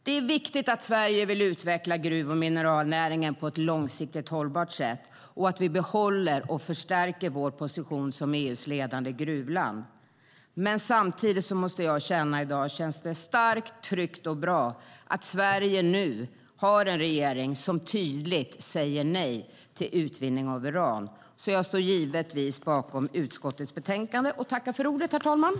Det är viktigt att vi i Sverige vill utveckla gruv och mineralnäringen på ett långsiktigt hållbart sätt och att vi behåller och förstärker vår position som EU:s ledande gruvland. Men samtidigt känns det starkt, tryggt och bra att Sverige nu har en regering som tydligt säger nej till utvinning av uran. Jag står givetvis bakom utskottets förslag i betänkandet.